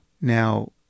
Now